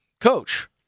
Coach